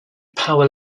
power